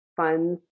funds